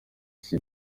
iki